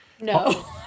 no